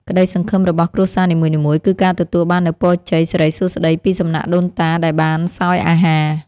ក្តីសង្ឃឹមរបស់គ្រួសារនីមួយៗគឺការទទួលបាននូវពរជ័យសិរីសួស្តីពីសំណាក់ដូនតាដែលបានសោយអាហារ។